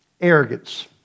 Arrogance